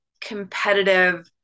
competitive